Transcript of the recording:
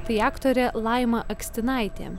tai aktorė laima akstinaitė